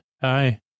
hi